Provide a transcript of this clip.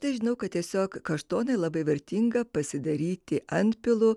težinau kad tiesiog kaštonai labai vertinga pasidaryti antpilu